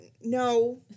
No